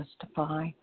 justify